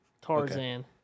Tarzan